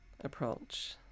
approach